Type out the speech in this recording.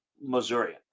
missouri